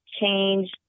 change